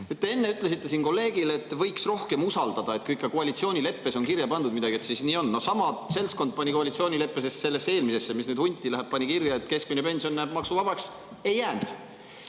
enne ütlesite siin kolleegile, et võiks rohkem usaldada, et kui ikkagi koalitsioonileppes on midagi kirja pandud, siis nii on. Sama seltskond pani koalitsioonileppesse, sellesse eelmisesse, mis nüüd hunti läheb, kirja, et keskmine pension jääb maksuvabaks. Ei jäänud.